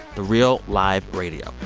the real live radio.